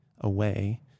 away